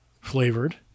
flavored